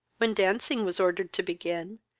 when dancing was ordered to begin,